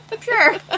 Sure